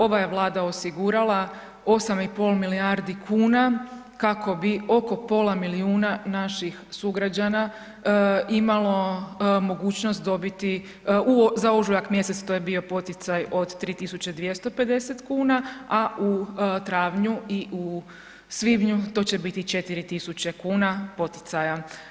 Ova je Vlada osigurala 8,5 milijardi kuna kako bi oko pola milijuna naših sugrađana imalo mogućnost dobiti, za ožujak mjesec, to je bio poticaj od 3250 kuna, a u travnju i u svibnju to će biti 4000 kuna poticaja.